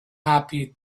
happy